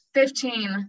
fifteen